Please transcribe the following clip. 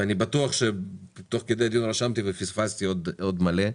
ואני בטוח שתוך כדי הדיון רשמתי ופספסתי עוד מלא.